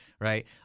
Right